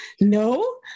No